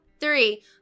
three